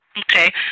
Okay